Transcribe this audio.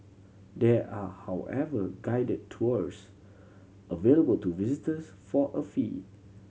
there are however guided tours available to visitors for a fee